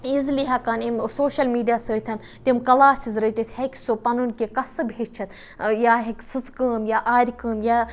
easily ہٮ۪کان اَمہِ social media سۭتۍ تِم کَلاسِز رٔٹِتھ ہیٚکہِ سُہ پَنُن کینٛہہ کَسٕب ہیٚچھِتھ یا ہیٚکہِ سٕژٕ کٲم یا آرِ کٲم یا